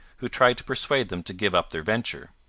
who tried to persuade them to give up their venture.